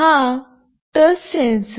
हा touch sensor आहे